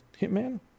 Hitman